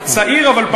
צעיר אבל פחות.